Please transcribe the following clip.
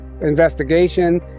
investigation